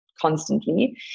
constantly